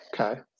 Okay